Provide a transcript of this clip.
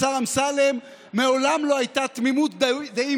השר אמסלם: מעולם לא הייתה תמימות דעים